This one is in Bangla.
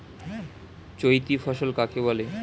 চৈতি ফসল কাকে বলে?